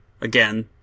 again